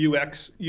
UX